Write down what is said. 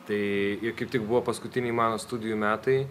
tai jau kaip tik buvo paskutiniai mano studijų metai